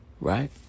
right